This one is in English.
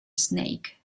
snake